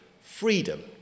freedom